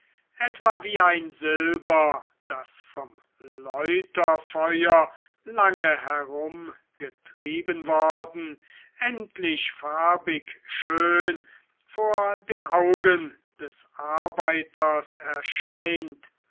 etwa wie ein silber das vom läuterfeuer lange herumgetrieben worden endlich farbigschön vor den augen des arbeiters erscheint